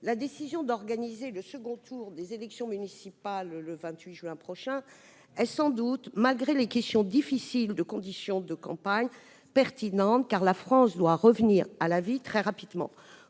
La décision d'organiser le second tour des élections municipales le 28 juin prochain est sans doute pertinente, malgré des conditions de campagne difficiles, car la France doit revenir à la vie très rapidement.